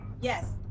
yes